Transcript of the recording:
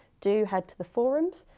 do head to the forums.